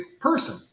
person